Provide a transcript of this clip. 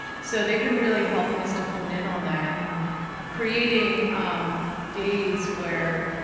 so they've been really helping us to hone in on that and creating days where,